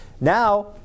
Now